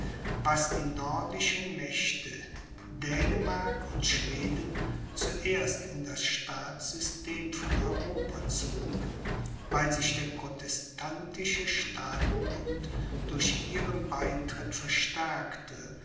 was die nordischen mächte dänemark und schweden zuerst in das staatssystem von europa zog weil sich der protestantische staatenbund durch ihren beitritt verstärkte